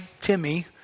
Timmy